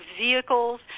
vehicles